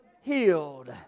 healed